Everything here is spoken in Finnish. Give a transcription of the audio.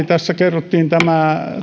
tässä kerrottiin tämä